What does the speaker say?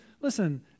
listen